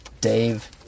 Dave